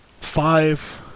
five